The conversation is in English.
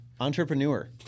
entrepreneur